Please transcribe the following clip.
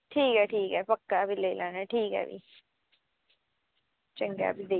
ठीक ऐ ठीक ऐ पक्का बी लेई लैने भी चंगा भी